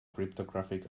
cryptographic